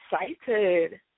excited